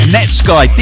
Netsky